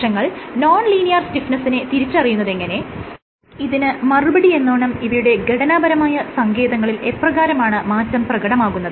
കോശങ്ങൾ non linear സ്റ്റിഫ്നെസ്സിനെ തിരിച്ചറിയുന്നതെങ്ങനെ ഇതിന് മറുപടിയെന്നോണം ഇവയുടെ ഘടനാപരമായ സങ്കേതങ്ങളിൽ എപ്രകാരമാണ് മാറ്റം പ്രകടമാകുന്നത്